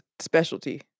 specialty